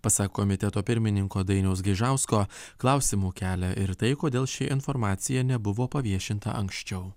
pasak komiteto pirmininko dainiaus gaižausko klausimų kelia ir tai kodėl ši informacija nebuvo paviešinta anksčiau